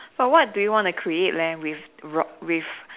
but what do you wanna create leh with rod with